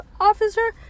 officer